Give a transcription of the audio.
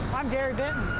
i'm gary benton,